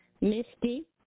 Misty